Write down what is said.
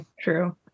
true